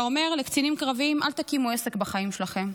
אתה אומר לקצינים קרביים: אל תקימו עסק בחיים שלכם.